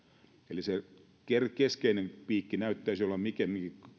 eli se keskeinen piikki kriittinen kohta näyttäisi pikemminkin olevan